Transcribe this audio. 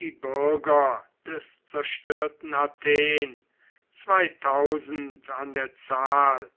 die bürger des zerstörten athen zweitausend an der zahl